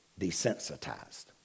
desensitized